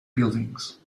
buildings